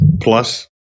plus